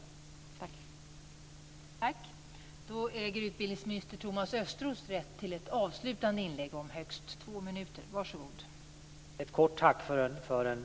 Tack!